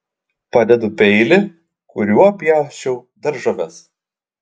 padedu peilį kuriuo pjausčiau daržoves